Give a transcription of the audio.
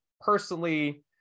Personally